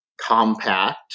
compact